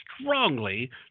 strongly